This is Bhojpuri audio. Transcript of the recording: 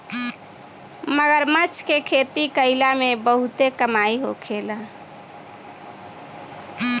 मगरमच्छ के खेती कईला में बहुते कमाई होखेला